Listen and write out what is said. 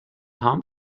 هام